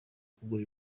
kugura